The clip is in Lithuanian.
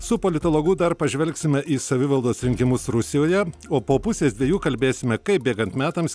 su politologu dar pažvelgsime į savivaldos rinkimus rusijoje o po pusės dviejų kalbėsime kaip bėgant metams